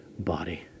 body